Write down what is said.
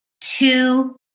Two